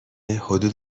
حدود